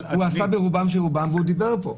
הוא עשה ברובם של רובם והוא דיבר פה.